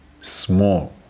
small